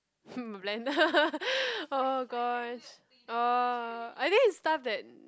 hmm blender oh gosh oh I think it's stuff that